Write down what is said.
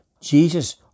Jesus